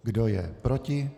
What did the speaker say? Kdo je proti?